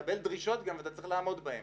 אתה מקבל דרישות שונות ועל מנת לעמוד בהן